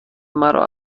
مرا